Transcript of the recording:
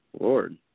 Lord